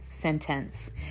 sentence